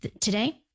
today